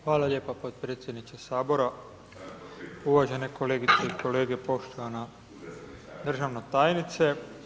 Hvala lijepa podpredsjedniče Sabora, uvažene kolegice i kolege, poštovana državna tajnice.